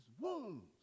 wounds